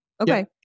Okay